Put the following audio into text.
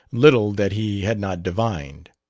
little that he had not divined.